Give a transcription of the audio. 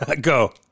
Go